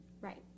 Right